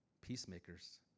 peacemakers